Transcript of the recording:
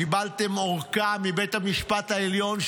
קיבלתם ארכה מבית המשפט העליון,